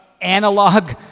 analog